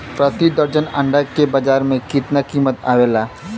प्रति दर्जन अंडा के बाजार मे कितना कीमत आवेला?